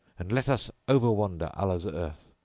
and let us overwander allah's earth,